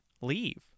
Leave